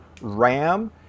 RAM